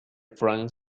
frank